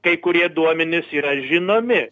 kai kurie duomenys yra žinomi